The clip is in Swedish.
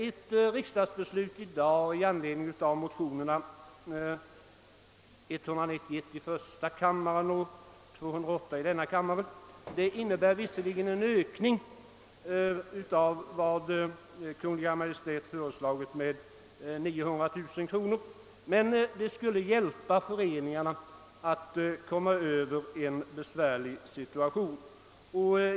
Ett riksdagsbeslut i dag i anledning av motionerna I:191 och II: 208 innebär visserligen bara en ökning med 900 000 kronor av det anslag Kungl. Maj:t föreslagit, men det skulle hjälpa föreningarna att komma ur den besvärliga situationen.